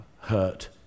hurt